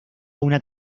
una